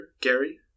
Gary